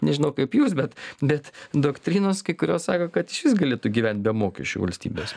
nežinau kaip jūs bet bet doktrinos kai kurios sako kad išvis galėtų gyvent be mokesčių valstybės